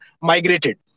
migrated